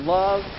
love